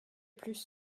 plus